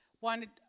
wanted